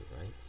right